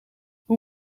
hoe